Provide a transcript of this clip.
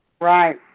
Right